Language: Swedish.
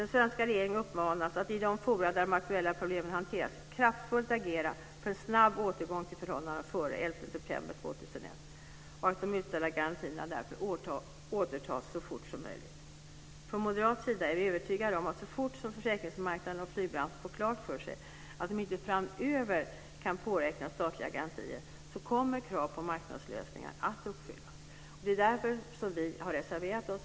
Den svenska regeringen uppmanas att i de forum där de aktuella problemen hanteras kraftfullt agera för en snabb återgång till förhållandena före den 11 september 2001 och att de utställda garantierna därför återtas så fort som möjligt. Från moderat sida är vi övertygade om att så fort som försäkringsmarknaden och flygbranschen får klart för sig att de inte framöver kan påräkna statliga garantier kommer kravet på marknadslösningar att uppfyllas. Det är därför som vi har reserverat oss.